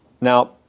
Now